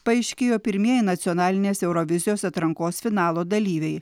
paaiškėjo pirmieji nacionalinės eurovizijos atrankos finalo dalyviai